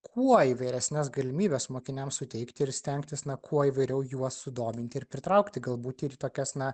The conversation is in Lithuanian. kuo įvairesnes galimybes mokiniams suteikti ir stengtis na kuo įvairiau juos sudominti ir pritraukti galbūt ir į tokias na